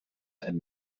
and